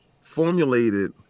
formulated